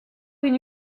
une